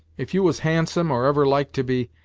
if you was handsome, or ever like to be,